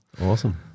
Awesome